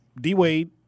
D-Wade